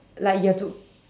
like you have to